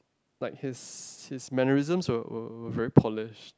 like his his mannerisms were were were very polished